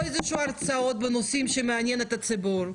או הרצאות בנושאים שמעניינים את הציבור.